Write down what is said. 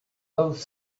both